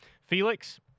Felix